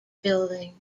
building